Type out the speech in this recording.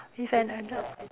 with an adult